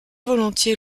volontiers